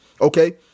Okay